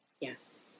Yes